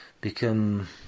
become